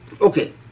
Okay